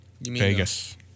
Vegas